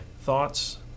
thoughts